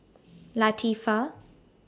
Latifa